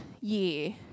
year